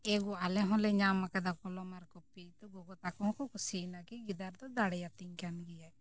ᱮᱜᱳ ᱟᱞᱮ ᱦᱚᱸᱞᱮ ᱧᱟᱢ ᱟᱠᱟᱫᱟ ᱠᱚᱞᱚᱢ ᱟᱨ ᱠᱚᱯᱤ ᱛᱚ ᱜᱚᱜᱚ ᱛᱟᱠᱚ ᱦᱚᱸᱠᱚ ᱠᱩᱥᱤᱭᱮᱱᱟ ᱠᱤ ᱜᱤᱫᱟᱹᱨ ᱫᱚ ᱫᱟᱲᱮᱭᱟᱛᱤᱧ ᱠᱟᱱ ᱜᱮᱭᱟᱭ